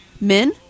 Men